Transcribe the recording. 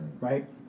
Right